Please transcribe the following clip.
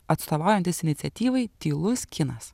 atstovaujantis iniciatyvai tylus kinas